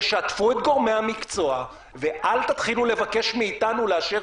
תשתפו את גורמי המקצוע ואל תבקשו מאתנו לאשר